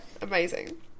amazing